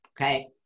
Okay